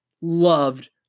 loved